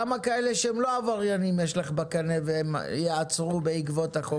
כמה כאלה שלא עבריינים יש לך בקנה וייעצרו בעקבות החוק?